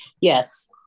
yes